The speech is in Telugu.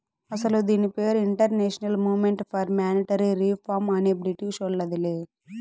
అస్సలు ఇది దీని పేరు international movement for monetary reform అనే బ్రిటీషోల్లదిలే